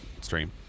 stream